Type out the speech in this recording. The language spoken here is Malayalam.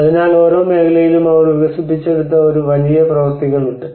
അതിനാൽ ഓരോ മേഖലയിലും അവർ വികസിപ്പിച്ചെടുത്ത ഒരു വലിയ പ്രവർത്തികൾ ഉണ്ട്